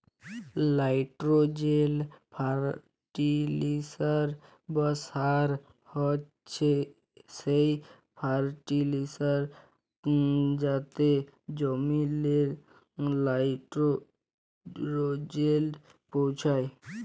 লাইটোরোজেল ফার্টিলিসার বা সার হছে সেই ফার্টিলিসার যাতে জমিললে লাইটোরোজেল পৌঁছায়